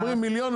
אומרים מיליון.